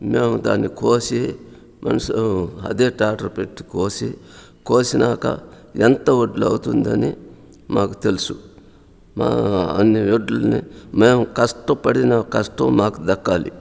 మేము దాన్ని కోసి మనుష్ అదే ట్రాక్టర్ పెట్టి కోసి కోసినాక ఎంత వడ్లు అవుతుందని మాకు తెలుసు మా అన్ని ఒడ్లని మేము కష్టపడిన కష్టం మాకు దక్కాలి